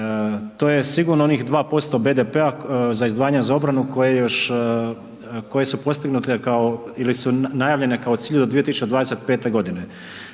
to je sigurno onih 2% BDP-a za izdvajanje za obranu, koje su postignute kao ili su najavljeno kao cilj do 2025. g.